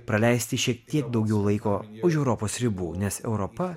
praleisti šiek tiek daugiau laiko už europos ribų nes europa